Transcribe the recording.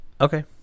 Okay